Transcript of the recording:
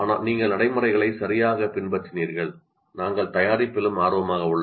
நீங்கள் நடைமுறைகளை சரியாகப் பின்பற்றினீர்கள் நாங்கள் தயாரிப்பிலும் ஆர்வமாக உள்ளோம்